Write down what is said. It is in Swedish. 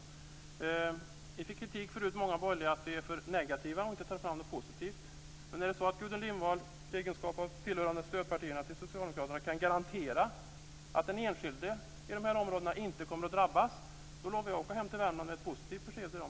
Vi borgerliga har tidigare fått kritik för att många av oss är för negativa och inte tar fram något positivt, men om Gudrun Lindvall i egenskap av företrädare för stödpartierna till Socialdemokraterna kan garantera att de enskilda i de här områdena inte kommer att drabbas, lovar jag att åka hem till Värmland med ett positivt besked till dem.